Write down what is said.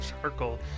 charcoal